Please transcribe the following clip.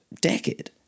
Decade